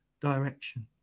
direction